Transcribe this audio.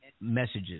messages